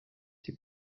die